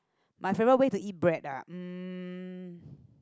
my favorite way to eat bread ah um